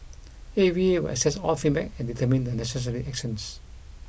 A V A will assess all feedback and determine the necessary actions